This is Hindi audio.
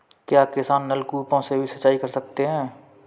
क्या किसान नल कूपों से भी सिंचाई कर सकते हैं?